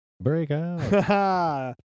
Breakout